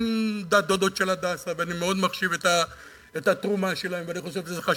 עם הדודות של "הדסה" אני מאוד מחשיב את התרומה שלהן ואני חושב שזה חשוב,